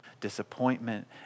disappointment